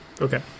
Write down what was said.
Okay